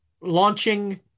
launching